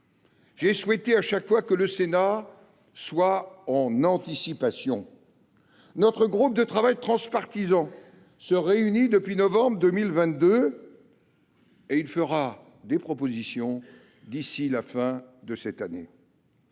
J’ai souhaité chaque fois que le Sénat soit dans l’anticipation. Notre groupe de travail transpartisan, qui se réunit depuis novembre 2022, formulera des propositions d’ici à la fin de cette année.